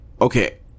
okay